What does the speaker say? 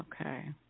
Okay